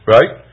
Right